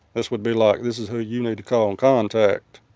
this would be like, this is who you need to call and contact.